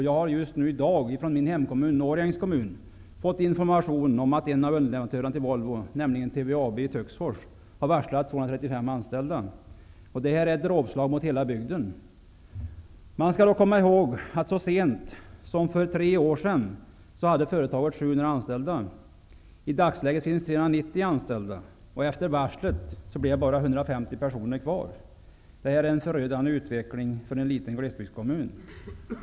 Jag har just nu i dag från min hemkommun -- Årjängs kommun -- fått information om att en av underleverantörerna till Volvo, nämligen TVAB i Töcksfors, har varslat 235 anställda. Detta är ett dråpslag mot hela bygden. Man skall då komma ihåg att så sent som för tre år sedan hade företagen 700 anställda. I dagsläget finns 390 anställda, och efter varslet blir bara 150 personer kvar. Det är en förödande utveckling för en liten glesbygdskommun.